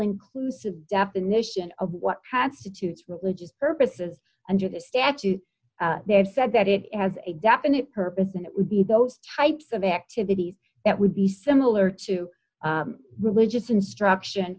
inclusive definition of what constitutes religious purposes under the statute they have said that it has a definite purpose and it would be those types of activities that would be similar to religious instruction